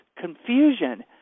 confusion